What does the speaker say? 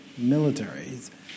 militaries